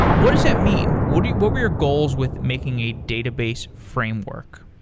what does that mean? what what were your goals with making a database framework?